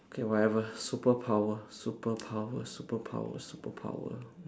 okay whatever superpower superpower superpower superpower